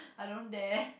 I don't dare